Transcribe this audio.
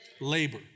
Labor